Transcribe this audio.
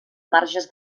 marges